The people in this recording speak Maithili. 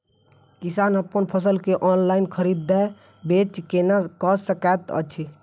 किसान अप्पन फसल केँ ऑनलाइन खरीदै बेच केना कऽ सकैत अछि?